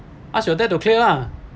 ask your dad to clear lah